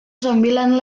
sembilan